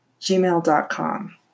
gmail.com